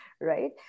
right